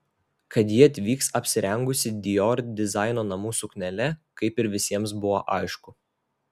kad ji atvyks apsirengusi dior dizaino namų suknele kaip ir visiems buvo aišku